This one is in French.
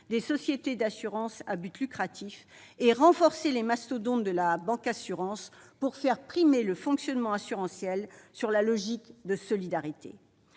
des sociétés d'assurance à but lucratif et renforcer les mastodontes de la « bancassurance », afin de faire primer le fonctionnement assurantiel sur la logique de solidarité.